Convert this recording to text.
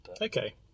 Okay